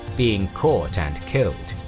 being caught and killed.